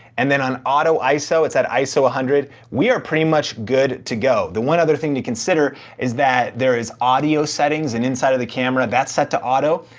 and then on auto iso, it's at iso one ah hundred. we're pretty much good to go. the one other thing to consider is that there is audio settings and inside of the camera that's set to auto.